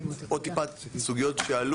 עוד סוגיות שעלו.